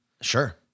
Sure